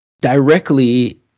directly